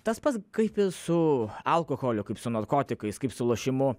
tas pats kaip ir su alkoholiu kaip su narkotikais kaip su lošimu